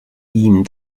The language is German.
ihm